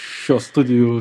šios studijų